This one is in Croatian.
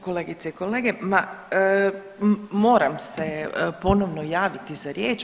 Kolegice i kolege, ma moram se ponovno javiti za riječ.